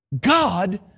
God